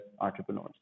entrepreneurs